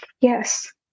Yes